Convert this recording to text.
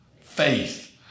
faith